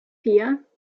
vier